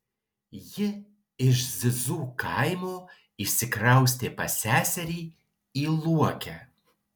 ji iš zizų kaimo išsikraustė pas seserį į luokę